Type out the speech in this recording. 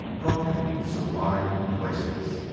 drunken with sublime complacence,